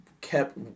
kept